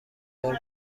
بار